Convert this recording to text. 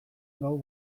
gau